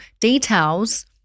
details